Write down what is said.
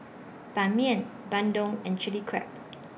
Ban Mian Bandung and Chilli Crab